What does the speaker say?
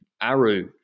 Aru